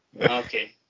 Okay